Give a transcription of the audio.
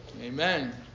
Amen